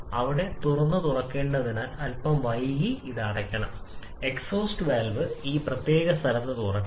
അതിനാൽ ആദ്യത്തെ ഘടകം സിലിണ്ടർ വാതകങ്ങളുടെ യഥാർത്ഥ ഘടനയാണ്